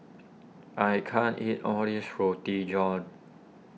I can't eat all this Roti John